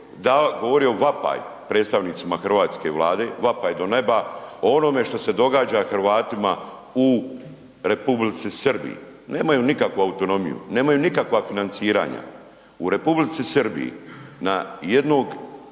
govorio vapaj predstavnicima hrvatske Vlade, vapaj do neba o onome što se događa Hrvatima u Republici Srbiji. Nemaju nikakvu autonomiju. Nemaju nikakva financiranja. U R. Srbiji na jednog,